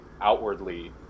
outwardly